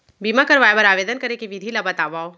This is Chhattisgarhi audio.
बीमा करवाय बर आवेदन करे के विधि ल बतावव?